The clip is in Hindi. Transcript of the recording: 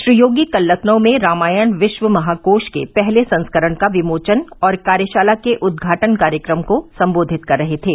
श्री योगी कल लखनऊ में रामायण विश्व महाकोश के पहले संस्करण का विमोचन और कार्यशाला के उद्घाटन कार्यक्रम को सम्बोधित कर रहे थे